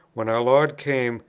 when our lord came,